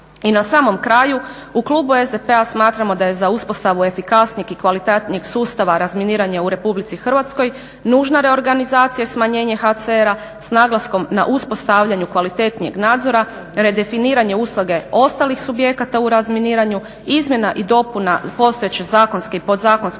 I na samom kraju u klubu SDP-a smatramo da je za uspostavu efikasnijeg i kvalitetnijeg sustava razminiranja u RH nužna reorganizacija i smanjenje HCR-a s naglaskom na uspostavljanju kvalitetnijeg nadzora, redefiniranje usluge ostalih subjekata u razminiranju, izmjena i dopuna postojeće zakonske i podzakonske